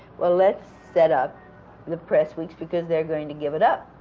well, let's set up the press weeks, because they're going to give it up,